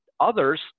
others